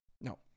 no